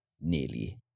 nearly